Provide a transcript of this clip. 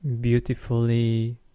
beautifully